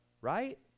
right